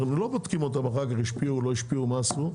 אנחנו לא בודקים אותם אחר כך השפיעו לא השפיעו מה עשו,